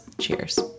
Cheers